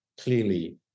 clearly